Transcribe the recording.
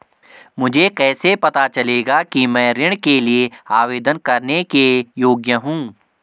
मुझे कैसे पता चलेगा कि मैं ऋण के लिए आवेदन करने के योग्य हूँ?